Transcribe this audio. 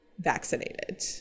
vaccinated